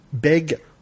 big